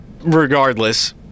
regardless